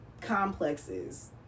complexes